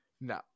No